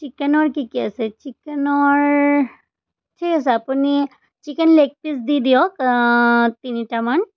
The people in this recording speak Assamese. চিকেনৰ কি কি আছে চিকেনৰ ঠিক আছে আপুনি চিকেন লেগ পিচ দি দিয়ক তিনিটামান